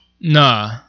Nah